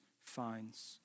finds